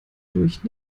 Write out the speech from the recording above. durch